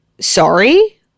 sorry